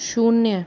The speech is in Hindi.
शून्य